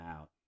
out